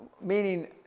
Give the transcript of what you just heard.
Meaning